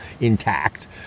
intact